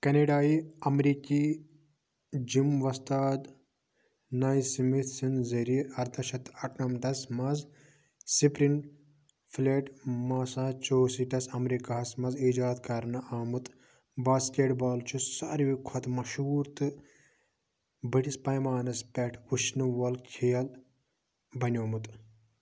کیٚنیڈایی امریٖکی جِم وۄستاد ناے سٕمِتھ سٕنٛدِ ذٔریعہٕ اَرداہ شتھ اَکنَمتَس منٛز سِپرِنٛگ فِلیٚٹ ماساچوٗسیٚٹس امریٖکاہس منٛز ایٖجاد کَرنہٕ آمُت باسکٮ۪ٹ بال چھُ سارِوٕے کھۄتہٕ مشہوٗر تہٕ بٔڈِس پیمانَس پٮ۪ٹھ وُچھنہٕ وول کھیل بَنیٛومُت